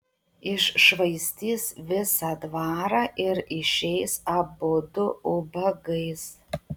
iššvaistys visą dvarą ir išeis abudu ubagais